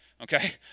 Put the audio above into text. okay